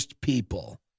people